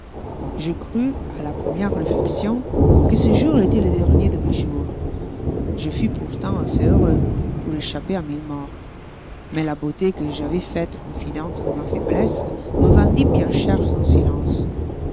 je crus à la première réflexion que ce jour étoit le dernier de mes jours je fus pourtant assez heureux pour échapper à mille morts mais la beauté que j'avois faite confidente de ma faiblesse me vendit bien cher son silence